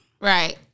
Right